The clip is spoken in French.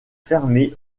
fermée